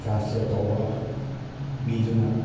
translate ꯇꯧꯕ ꯃꯤꯗꯨꯅ